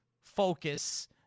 focus